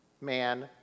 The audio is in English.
man